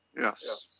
Yes